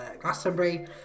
Glastonbury